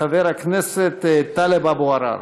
חבר הכנסת טלב אבו עראר.